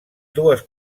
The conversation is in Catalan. dues